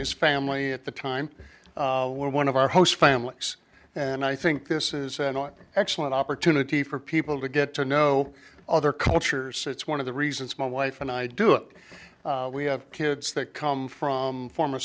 his family at the time were one of our host families and i think this is an op an excellent opportunity for people to get to know other cultures so it's one of the reasons my wife and i do it we have kids that come from former